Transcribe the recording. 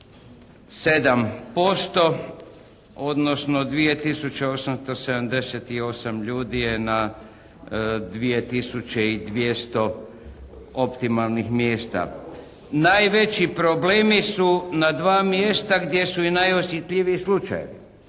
127% odnosno 2878 ljudi je na 2200 optimalnih mjesta. Najveći problemi su na dva mjesta gdje su i najosjetljiviji slučajevi.